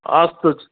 अस्तु च्